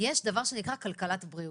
יש דבר שנקרא כלכלת בריאות.